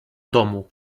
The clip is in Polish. domu